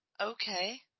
Okay